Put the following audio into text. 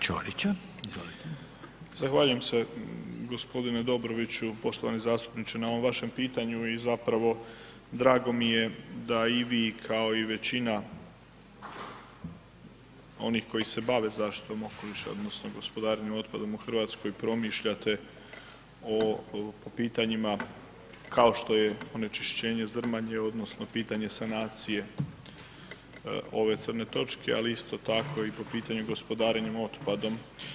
Zahvaljujem se gospodine Dobroviću poštovani zastupniče na ovom vašem pitanju i zapravo drago mi je da i vi kao i većina onih koji se bave zaštitom okoliša odnosno gospodarenjem otpada u Hrvatskoj promišljate o pitanjima kao što je onečišćenje Zrmanje odnosno pitanje sanacije ove crne točke, ali isto tako i po pitanju gospodarenjem otpadom.